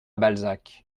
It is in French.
balzac